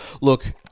Look